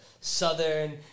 southern